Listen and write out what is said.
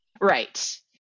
Right